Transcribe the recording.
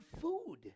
food